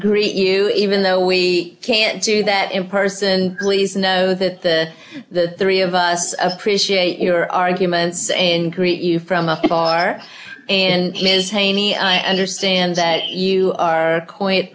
greet you even though we can't do that in person please know that the the three of us appreciate your arguments and greet you from afar and liz cheney i understand that you are